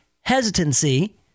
hesitancy